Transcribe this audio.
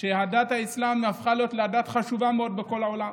הדת האסלאמית הפכה להיות דת חשובה מאוד בכל העולם.